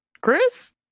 Chris